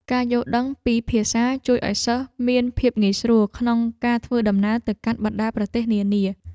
ការយល់ដឹងពីភាសាជួយឱ្យសិស្សមានភាពងាយស្រួលក្នុងការធ្វើដំណើរទៅកាន់បណ្តាប្រទេសនានា។